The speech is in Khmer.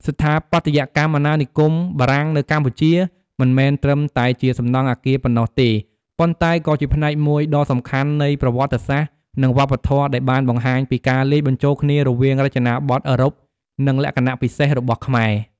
ស្ថាបត្យកម្មអាណានិគមបារាំងនៅកម្ពុជា មិនមែនត្រឹមតែជាសំណង់អគារប៉ុណ្ណោះទេ ប៉ុន្តែក៏ជាផ្នែកមួយដ៏សំខាន់នៃប្រវត្តិសាស្ត្រ និងវប្បធម៌ដែលបានបង្ហាញពីការលាយបញ្ចូលគ្នារវាងរចនាបថអឺរ៉ុប និងលក្ខណៈពិសេសរបស់ខ្មែរ។